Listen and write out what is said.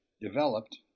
developed